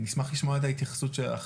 נשמח לשמוע את ההתייחסות שלך.